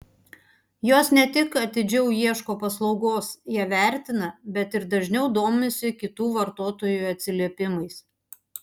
jos ne tik atidžiau ieško paslaugos ją vertina bet ir dažniau domisi kitų vartotojų atsiliepimais